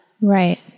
Right